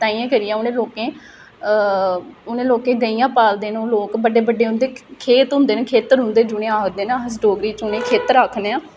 ताहियें करियै उ'नें लोकें उ'नें लोकें गइयां पालदे न लोक बड्डे बड्डे उं'दे खेत होंदे न खेत्तर उं'दे जु'नेंगी अस आखने डोगरी च उ'नें गी खेत्तर आखने आं